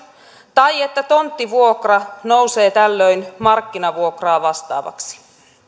tai että tonttivuokra nousee tällöin markkinavuokraa vastaavaksi